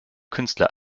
künstler